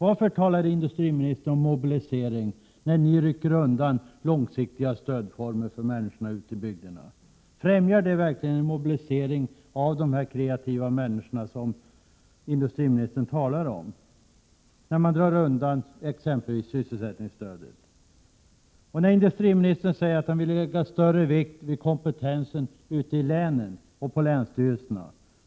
Varför talar industriministern om en mobilisering när ni rycker undan långsiktiga stödformer för människorna ute i bygderna? Främjar t.ex. ett avskaffande av sysselsättningsstödet verkligen en mobilisering av de kreativa människor som industriministern talar om? Industriministern säger att han vill lägga större vikt vid kompetensen ute i — Prot. 1987/88:127 länen och i länsstyrelserna.